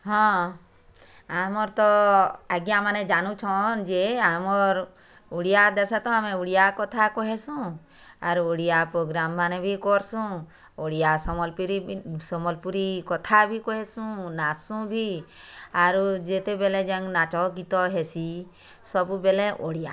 ହଁ ଆମର୍ ତ ଆଜ୍ଞା ମାନେ ଜାନୁଛନ୍ ଯେ ଆମର୍ ଓଡ଼ିଆ ଦେଶ ତ ଆମେ ଓଡ଼ିଆ କଥା କହେସୁଁ ଆରୁ ଓଡ଼ିଆ ପୋଗ୍ରାମ୍ମାନେ ବି କରସୁଁ ଓଡ଼ିଆ ସମ୍ବଲପୁରୀ ବି ସମ୍ବଲପୁରୀ କଥା ବି କହେସୁଁ ନାଚଶୁଁ ଭି ଆରୁ ଯେତେବେଲେ ଜାଙ୍କ୍ ନାଚ ଗୀତ ହେସି ସବୁବେଲେ ଓଡ଼ିଆ